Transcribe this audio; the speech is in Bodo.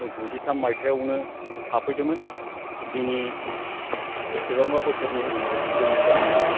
गुजिथाम मायथाइयावनो थाफैदोंमोन दिनै बेसेबांबा बोसोरनि उनाव जोंनि गामिया